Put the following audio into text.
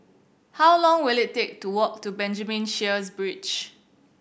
how long will it take to walk to Benjamin Sheares Bridge